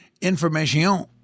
information